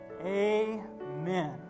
Amen